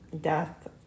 death